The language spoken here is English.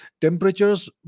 Temperatures